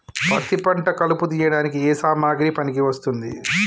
పత్తి పంట కలుపు తీయడానికి ఏ సామాగ్రి పనికి వస్తుంది?